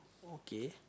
okay